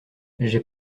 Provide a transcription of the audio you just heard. j’ai